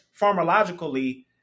pharmacologically